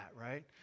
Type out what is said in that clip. right